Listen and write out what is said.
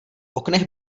oknech